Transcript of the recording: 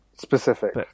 Specific